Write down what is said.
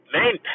main